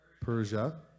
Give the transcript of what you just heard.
Persia